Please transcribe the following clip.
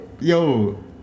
Yo